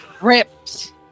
Ripped